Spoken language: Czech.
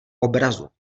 obrazu